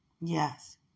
Yes